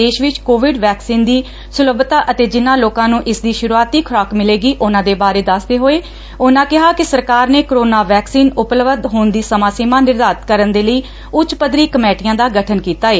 ਦੇਸ਼ ਵਿਚ covid vaccine ਦੀ ਉਪਲਬੱਧਤਾ ਅਤੇ ਜਿਨਾਂ ਲੋਕਾਂ ਨੂੰ ਇਸ ਦੀ ਸੁਰੂਆਤੀ ਖੁਰਾਕ ਮਿਲੇਗੀ ਉਨੂਾਂ ਦੇ ਬਾਰੇ ਦਸਦੇ ਹੋਏ ਉਨੂਾਂ ਕਿਹਾ ਕਿ ਸਰਕਾਰ ਨੇ ਕੋਰੋਨਾ ਵੈਕਸੀਨ ਉਪਲਬੱਧ ਹੋਣ ਦੀ ਸਮਾਂ ਸੀਮਾ ਨਿਰਧਾਰਿਤ ਕਰਨ ਦੇ ਲਈ ਉੱਚ ਪੱਧਰੀ ਕਮੇਟੀਆਂ ਦਾ ਗਠਨ ਕੀਤਾ ਏ